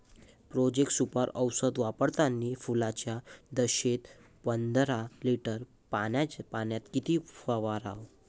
Profex Super औषध मारतानी फुलाच्या दशेत पंदरा लिटर पाण्यात किती फवाराव?